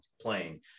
playing